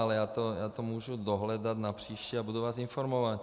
Ale já to můžu dohledat napříště a budu vás informovat.